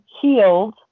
healed